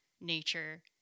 nature